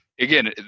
again